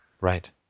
Right